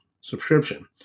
subscription